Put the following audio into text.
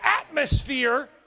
atmosphere